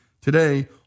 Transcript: Today